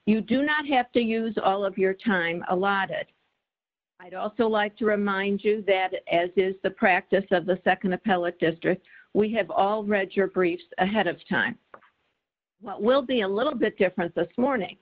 you do not have to use all of your time allotted i'd also like to remind you that as is the practice of the nd appellate district we have all read your briefs ahead of time what will be a little bit different this morning